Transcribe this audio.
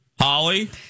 Holly